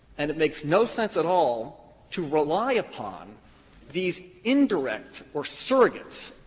and it makes no sense at all to rely upon these indirect or surrogate,